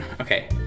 Okay